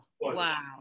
wow